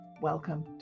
Welcome